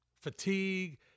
fatigue